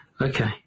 Okay